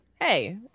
hey